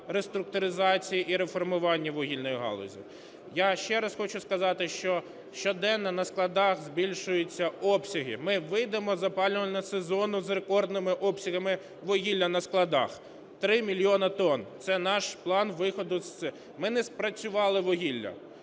реструктуризації і реформування вугільної галузі. Я ще раз хочу сказати, що щоденно на складах збільшуються обсяги, ми вийдемо з опалювального сезону з рекордними обсягами вугілля на складах. Три мільйони тонн - це наш план виходу з... Ми не спрацювали вугілля.